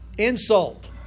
Insult